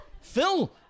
Phil